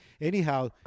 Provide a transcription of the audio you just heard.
Anyhow